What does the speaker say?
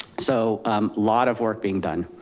so lot of work being done.